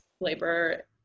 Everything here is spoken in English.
labor